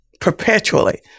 perpetually